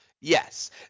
yes